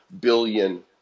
billion